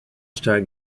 star